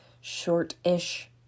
short-ish